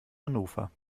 hannover